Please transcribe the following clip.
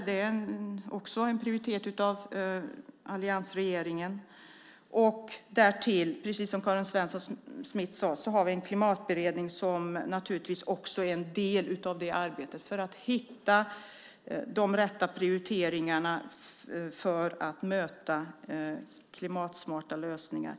Den är också en prioritering av alliansregeringen. Därtill har vi, precis som Karin Svensson Smith sade, en klimatberedning som också är en del av arbetet för att hitta de rätta prioriteringarna för att möta klimatsmarta lösningar.